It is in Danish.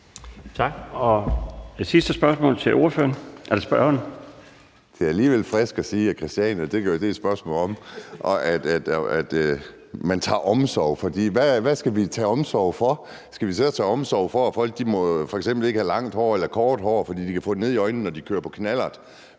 Tak. Sidste spørgsmål til spørgeren. Kl. 19:07 Kim Edberg Andersen (NB): Det er alligevel friskt at sige, at Christiania er et spørgsmål om, at man drager omsorg, for hvad skal vi drage omsorg for? Skal vi så drage omsorg for, at folk ikke må have langt hår eller kort hår, fordi de kan få det ned i øjnene, når de kører på knallert